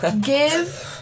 Give